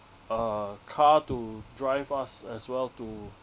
a car to drive us as well to